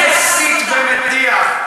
מסית ומדיח.